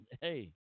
Hey